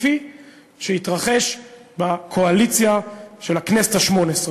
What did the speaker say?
כפי שהתרחש בקואליציה של הכנסת השמונה-עשרה.